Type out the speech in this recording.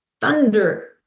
thunder